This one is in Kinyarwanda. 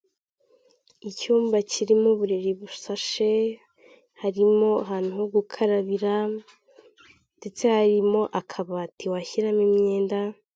Icyumba kirimo uburiri busashe harimo ahantu ho gukarabira ndetse harimo akabati washyiramo imyenda.